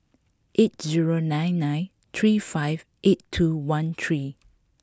eight zero nine nine three five eight two one three